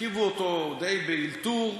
הרכיבו אותו די באלתור,